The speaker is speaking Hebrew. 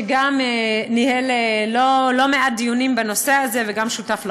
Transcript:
שגם ניהל לא מעט דיונים בנושא הזה וגם שותף לחוק.